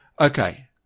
Okay